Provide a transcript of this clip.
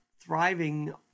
thriving